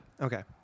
Okay